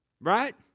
Right